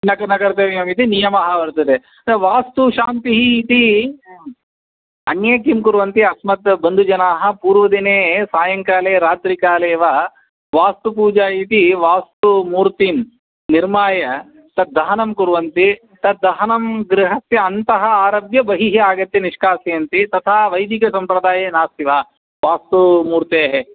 न न कर्तव्यमिति नियमः वर्तते तस्य वास्तुशान्तिः इति अन्ये किं कुर्वन्ति अस्मत् बन्धुजनाः पूर्वदिने सायङ्काले रात्रिकाले वा वास्तुपूजा इति वास्तुमूर्तिं निर्माय तद्दहनं कुर्वन्ति तद्दहनं गृहस्य अन्तः आरभ्य बहिः आगत्य निष्कासयन्ति तथा वैदिकसम्प्रदाये नास्ति वा वास्तुमूर्तेः